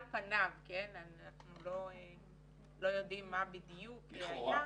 על פניו אנחנו לא יודעים מה בדיוק היה לכאורה